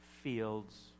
fields